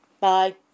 Bye